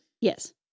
Yes